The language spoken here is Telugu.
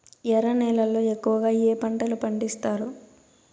ఎర్ర నేలల్లో ఎక్కువగా ఏ పంటలు పండిస్తారు